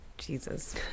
jesus